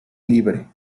libre